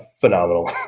Phenomenal